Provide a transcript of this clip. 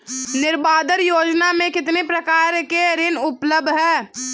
नाबार्ड योजना में कितने प्रकार के ऋण उपलब्ध हैं?